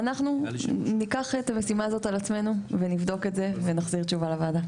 אנחנו ניקח את המשימה הזאת על עצמנו ונבדוק את זה ונחזיר תשובה לוועדה.